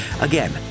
Again